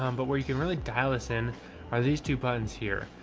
um but where you can really dial this in are these two buttons here.